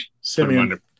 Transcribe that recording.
Simeon